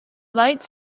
lights